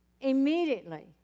immediately